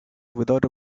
without